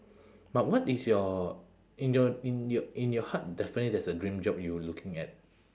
but what is your in your in your in your heart definitely there's a dream job you looking at